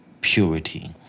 purity